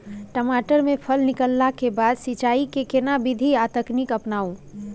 टमाटर में फल निकलला के बाद सिंचाई के केना विधी आर तकनीक अपनाऊ?